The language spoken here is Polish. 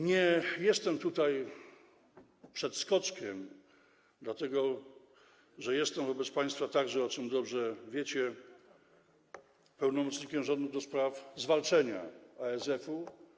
Nie jestem tutaj przedskoczkiem, dlatego że jestem dla państwa także, o czym dobrze wiecie, pełnomocnikiem rządu do spraw zwalczenia ASF-u.